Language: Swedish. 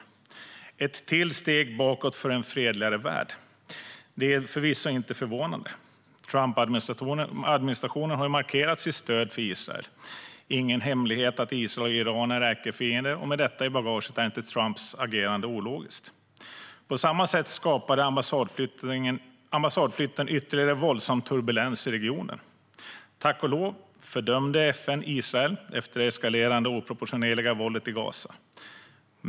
Det är ett till steg bakåt för en fredligare värld. Det är förvisso inte förvånande. Trumpadministrationen har ju markerat sitt stöd för Israel. Det är ingen hemlighet att Israel och Iran är ärkefiender. Med detta i bagaget är inte Trumps agerande ologiskt. På samma sätt skapade ambassadflytten ytterligare våldsam turbulens i regionen. Tack och lov fördömde FN Israel efter det eskalerande och oproportionerliga våldet i Gaza.